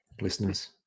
listeners